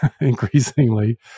increasingly